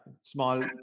small